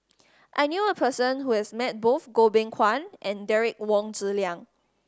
I knew a person who has met both Goh Beng Kwan and Derek Wong Zi Liang